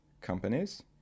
companies